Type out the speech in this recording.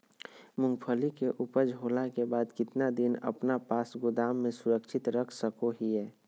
मूंगफली के ऊपज होला के बाद कितना दिन अपना पास गोदाम में सुरक्षित रख सको हीयय?